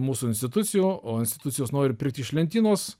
mūsų institucijų o institucijos nori pirkti iš lentynos